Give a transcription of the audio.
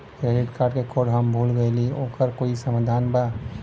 Credit card क code हम भूल गइली ओकर कोई समाधान बा?